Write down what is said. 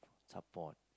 support